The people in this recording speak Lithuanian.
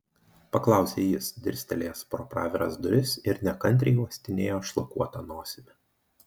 paklausė jis dirstelėjęs pro praviras duris ir nekantriai uostinėjo šlakuota nosimi